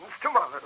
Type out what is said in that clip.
tomorrow